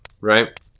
right